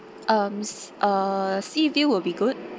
um uh sea view will be good